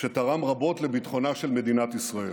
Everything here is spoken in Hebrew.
שתרם רבות לביטחונה של מדינת ישראל.